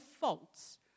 faults